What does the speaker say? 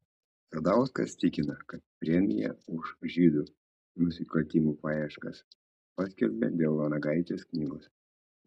sadauskas tikina kad premiją už žydų nusikaltimų paieškas paskelbė dėl vanagaitės knygos